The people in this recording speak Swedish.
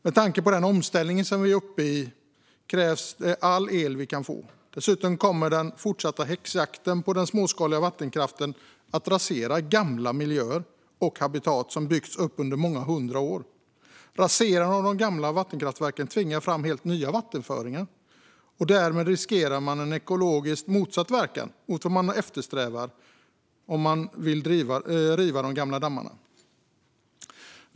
Med tanke på den omställning vi är mitt i krävs all el vi kan få. Dessutom kommer den fortsatta häxjakten på den småskaliga vattenkraften att rasera gamla miljöer och habitat som byggts upp under många hundra år. Raserandet av de gamla vattenkraftverken tvingar fram helt nya vattenföringar, och därmed riskerar man en ekologiskt motsatt verkan mot vad man har eftersträvat om man vill riva de gamla dammarna.